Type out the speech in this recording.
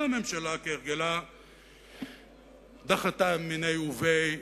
הממשלה כהרגלה דחתה מיניה וביה,